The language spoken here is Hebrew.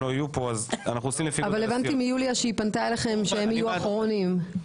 אבל הבנתי מיוליה שהיא פנתה אליכם שהם יהיו אחרונים.